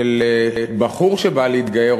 בקשה מבחור שבא להתגייר,